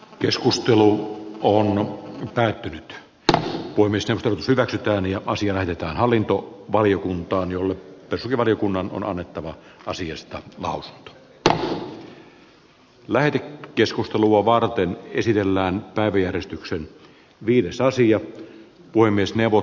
keskustelu on päättynyt ja voimistellut hyväksytään joka sijoitetaan hallinto valiokuntaan jollette sivari kunnan on annettava asiasta maut lähde keskustelua varten esitellään päivi järistyksen sitä korttia ei enää myönnettäisi